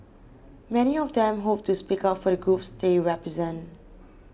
many of them hope to speak up for the groups they represent